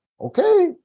Okay